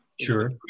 sure